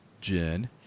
Jen